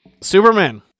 Superman